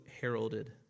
heralded